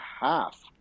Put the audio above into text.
half